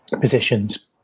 positions